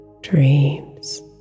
dreams